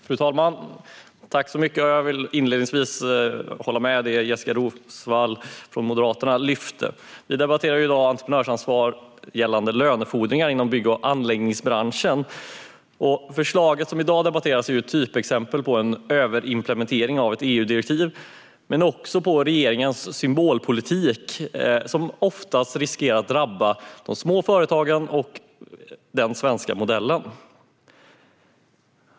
Fru talman! Jag vill inledningsvis hålla med om det Jessika Roswall från Moderaterna tog upp. Vi debatterar i dag entreprenörsansvar gällande lönefordringar inom bygg och anläggningsbranschen, och förslaget som debatteras är ett typexempel på en överimplementering av ett EU-direktiv - men också på regeringens symbolpolitik, som oftast riskerar att drabba de små företagen och den svenska modellen.